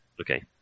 Okay